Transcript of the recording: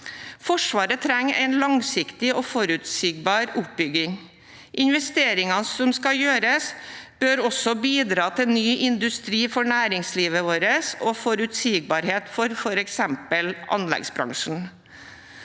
Forsvaret trenger en langsiktig og forutsigbar oppbygging. Investeringene som skal gjøres, bør også bidra til ny industri for næringslivet vårt og forutsigbarhet for f.eks. anleggsbransjen.